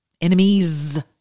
Enemies